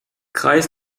kreis